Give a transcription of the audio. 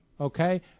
Okay